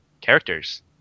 characters